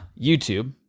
YouTube